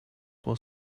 will